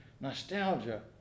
Nostalgia